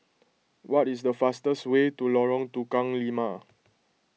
what is the fastest way to Lorong Tukang Lima